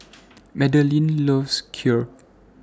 Madaline loves Kheer